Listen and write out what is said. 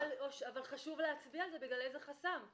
אבל חשוב להצביע על זה, בגלל איזה חסם.